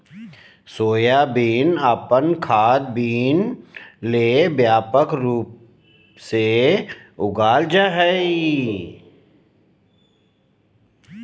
soybean अपन खाद्य बीन ले व्यापक रूप से उगाल जा हइ